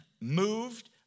moved